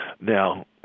Now